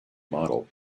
model